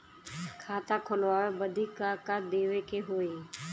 खाता खोलावे बदी का का देवे के होइ?